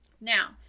Now